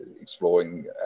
exploring